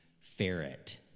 ferret